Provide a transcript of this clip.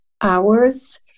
hours